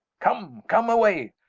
come, come away,